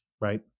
right